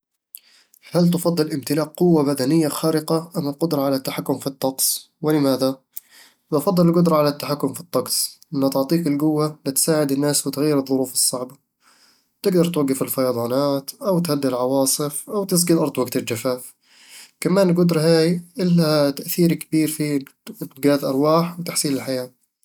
هل تفضل امتلاك قوة بدنية خارقة أم القدرة على التحكم في الطقس؟ ولماذا؟ بفضّل القدرة على التحكم في الطقس، لأنها تعطيك القوة لتساعد الناس وتغير الظروف الصعبة تقدر توقف الفيضانات أو تهدي العواصف أو تسقي الأرض وقت الجفاف كمان القدرة هاي الها تأثير كبير في إنقاذ الأرواح وتحسين الحياة